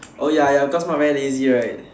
oh ya ya cause Mark very lazy right